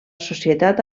societat